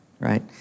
right